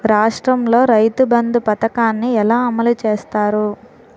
రాష్ట్రంలో రైతుబంధు పథకాన్ని ఎలా అమలు చేస్తారు?